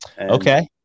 Okay